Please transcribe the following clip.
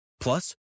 Plus